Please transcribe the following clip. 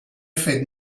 fet